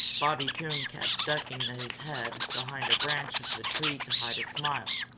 bobby coon kept ducking his head behind a branch of the tree to hide a smile.